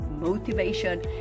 Motivation